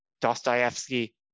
Dostoevsky